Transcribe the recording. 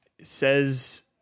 says